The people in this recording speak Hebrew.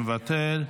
מוותר,